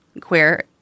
queer